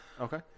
Okay